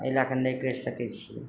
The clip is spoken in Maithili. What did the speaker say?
अइ लए कऽ नहि करि सकय छियै